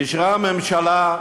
אישרה הממשלה,